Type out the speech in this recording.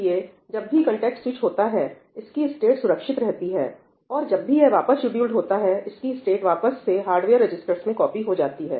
इसलिए जब भी कन्टेक्स्ट स्विच होता है इसकी स्टेट सुरक्षित रहती है और जब भी यह वापस शेड्यूल्ड होता है इसकी स्टेट वापस से हार्डवेयर रजिस्टर्स में कॉपी हो जाती है